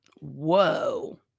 whoa